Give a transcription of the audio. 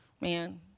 Man